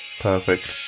Perfect